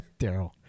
Daryl